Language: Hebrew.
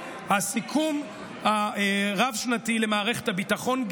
הסיכום הרב-שנתי למערכת הביטחון,